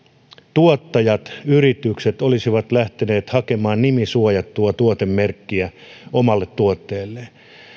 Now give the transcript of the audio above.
tuottajat yritykset olisivat lähteneet hakemaan nimisuojattua tuotemerkkiä omalle tuotteelleen